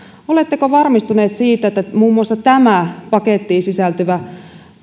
oletteko varmistunut siitä että muun muassa tämä pakettiin sisältyvä